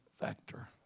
factor